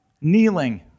Kneeling